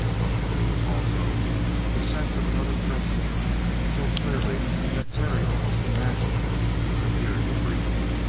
but there was also the sense of another presence so clearly that terry almost imagined he could hear the breathing.